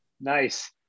Nice